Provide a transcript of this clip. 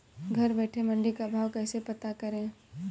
घर बैठे मंडी का भाव कैसे पता करें?